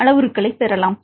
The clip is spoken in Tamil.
அளவுருக்களைப் பெறலாம்